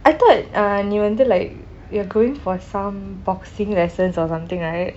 I thought uh நீ வந்து:ni vanthu like you're going for some boxing lessons or something right